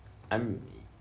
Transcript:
I'm